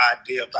idea